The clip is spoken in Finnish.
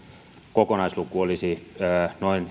kokonaisluku olisi noin